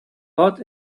hot